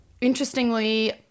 Interestingly